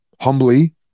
humbly